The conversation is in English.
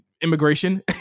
immigration